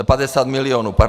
Padesát milionů, pardon.